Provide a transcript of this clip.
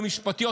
המשפטיות,